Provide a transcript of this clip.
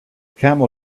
camel